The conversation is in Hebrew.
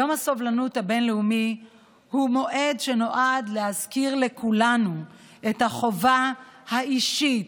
יום הסובלנות הבין-לאומי הוא מועד שנועד להזכיר לכולנו את החובה האישית,